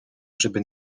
żeby